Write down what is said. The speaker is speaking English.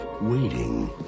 waiting